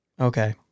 Okay